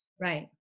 Right